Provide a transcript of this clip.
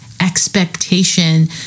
expectation